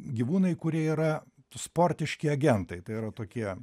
gyvūnai kurie yra sportiški agentai tai yra tokie